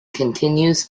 continues